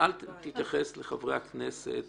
אל תתייחס לחברי הכנסת.